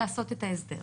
אמרנו את זה מספר פעמים.